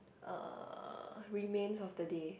uh remains of the day